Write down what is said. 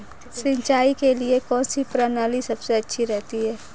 सिंचाई के लिए कौनसी प्रणाली सबसे अच्छी रहती है?